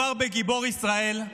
מדובר בגיבור ישראל,